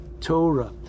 Torah